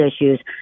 issues